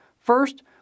First